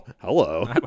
hello